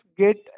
get